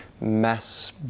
mass